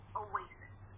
oasis